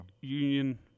Union